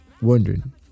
wondering